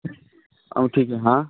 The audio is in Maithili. औँठीके हँ